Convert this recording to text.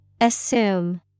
Assume